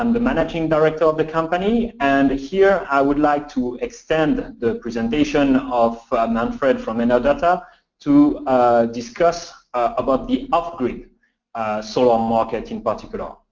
um the managing director of the company. and here i would like to extend the the presentation of manfred from enerdata to discuss about the off-grid solar market in particular. um